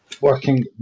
working